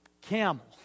camel